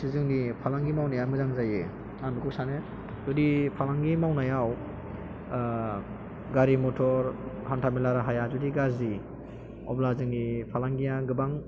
जे जोंनि फालांगि मावनाया मोजां जायो आं बेखौ सानो जुदि फालांगि मावनायाव गारि मटर हान्थामेला राहाया जुदि गाज्रि अब्ला जोंनि फालांगिया गोबां